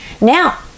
Now